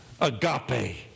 agape